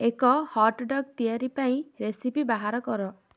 ଏକ hot dog ତିଆରି ପାଇଁ ରେସିପି ବାହାର କର